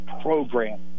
program